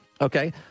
okay